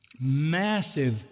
massive